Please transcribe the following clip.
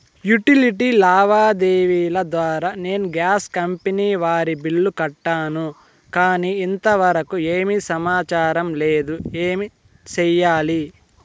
Utility లావాదేవీల ద్వారా నేను గ్యాస్ కంపెని వారి బిల్లు కట్టాను కానీ ఇంతవరకు ఏమి సమాచారం లేదు, ఏమి సెయ్యాలి?